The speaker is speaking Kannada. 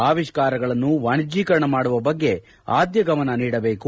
ಆವಿಷ್ಕಾರಗಳನ್ನು ವಾಣಿದ್ಯೇಕರಣ ಮಾಡುವ ಬಗ್ಗೆ ಆದ್ದ ಗಮನ ನೀಡಬೇಕು